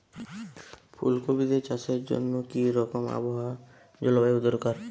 ফুল কপিতে চাষের জন্য কি রকম আবহাওয়া ও জলবায়ু দরকার?